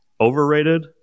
Overrated